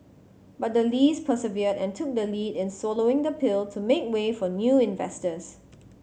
but the Lees persevered and took the lead in swallowing the pill to make way for new investors